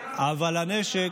אבל הנשק,